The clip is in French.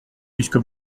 puisque